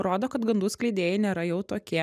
rodo kad gandų skleidėjai nėra jau tokie